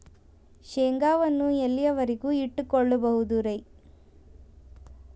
ಶೇಂಗಾವನ್ನು ಎಲ್ಲಿಯವರೆಗೂ ಇಟ್ಟು ಕೊಳ್ಳಬಹುದು ರೇ?